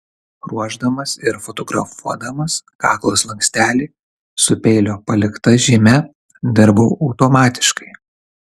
ruošdamas ir fotografuodamas kaklo slankstelį su peilio palikta žyme dirbau automatiškai